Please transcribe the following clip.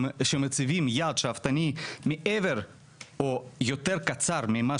מי שמציב יעד שאפתני מעבר או יותר קצר ממה